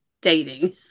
dating